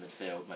midfield